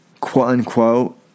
quote-unquote